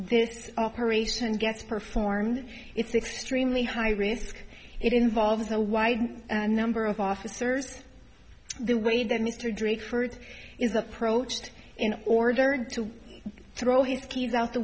this operation gets performed it's extremely high risk it involves a wide number of officers the way that mr drake ferd's is approaching in order to throw his keys out the